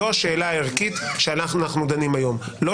זו השאלה הערכית שאנחנו דנים עליה היום.